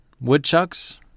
woodchucks